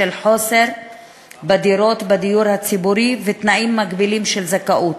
בשל חוסר בדירות בדיור הציבורי ותנאים מגבילים של זכאות.